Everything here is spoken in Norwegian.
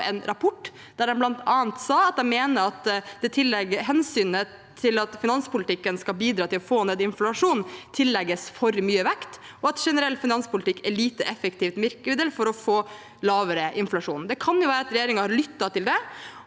en rapport der de bl.a. sa at de mener at hensynet til at finanspolitikken skal bidra til å få ned inflasjonen, tillegges for mye vekt, og at generell finanspolitikk er et lite effektivt virkemiddel for å få lavere inflasjon. Det kan jo være at regjeringen har lyttet til det.